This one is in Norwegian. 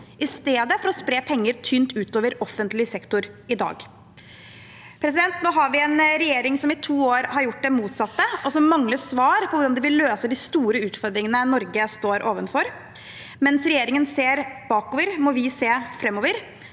i stedet for å spre penger tynt utover offentlig sektor i dag. Nå har vi en regjering som i to år har gjort det motsatte, og som mangler svar på hvordan de vil løse de store utfordringene Norge står overfor. Mens regjeringen ser bakover, må vi se framover.